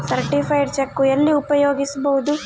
Certified cheque ಎಲ್ಲಿ ಉಪಯೋಗಿಸ್ಬೋದು?